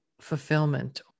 fulfillment